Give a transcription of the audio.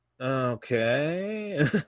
okay